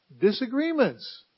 disagreements